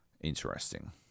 interesting